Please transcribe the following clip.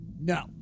No